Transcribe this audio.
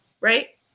right